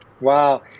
Wow